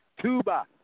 Tuba